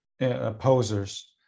opposers